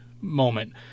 moment